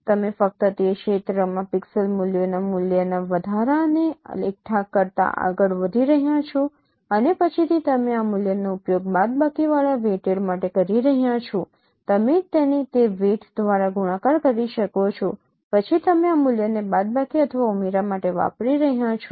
તમે ફક્ત તે ક્ષેત્રમાં પિક્સેલ મૂલ્યોના મૂલ્યના વધારાને એકઠા કરતા આગળ વધારી રહ્યા છો અને પછીથી તમે આ મૂલ્યનો ઉપયોગ બાદબાકીવાળા વેઈટેડ માટે કરી રહ્યા છો તમે તેને તે વેઈટ દ્વારા ગુણાકાર કરી શકો છો પછી તમે આ મૂલ્યને બાદબાકી અથવા ઉમેરા માટે વાપરી રહ્યા છો